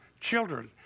children